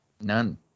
None